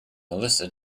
melissa